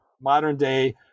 modern-day